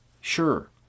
Sure